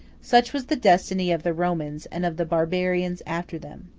such was the destiny of the romans, and of the barbarians after them.